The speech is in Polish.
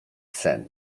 sen